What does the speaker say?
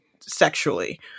sexually